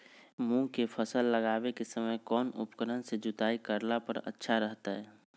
मूंग के फसल लगावे के समय कौन उपकरण से जुताई करला पर अच्छा रहतय?